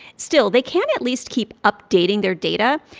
still, they can at least keep updating their data.